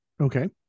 Okay